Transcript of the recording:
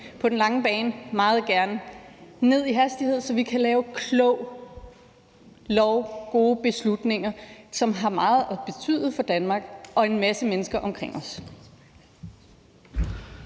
på den lange bane skal vi meget gerne ned i hastighed, så vi kan lave klog lovgivning og tage gode beslutninger, som har meget at betyde for Danmark og en masse mennesker omkring os.